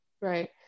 Right